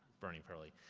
bernie perley,